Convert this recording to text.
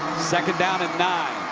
second down and nine.